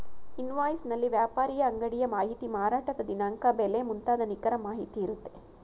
invoice ನಲ್ಲಿ ವ್ಯಾಪಾರಿಯ ಅಂಗಡಿಯ ಮಾಹಿತಿ, ಮಾರಾಟದ ದಿನಾಂಕ, ಬೆಲೆ ಮುಂತಾದ ನಿಖರ ಮಾಹಿತಿ ಇರುತ್ತೆ